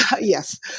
yes